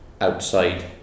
outside